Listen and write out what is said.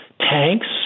tanks